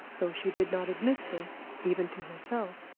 though she did not admit this, even to herself.